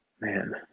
man